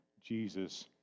Jesus